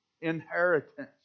inheritance